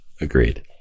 Agreed